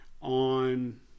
on